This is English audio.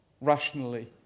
rationally